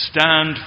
stand